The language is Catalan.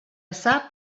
sap